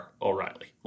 O'Reilly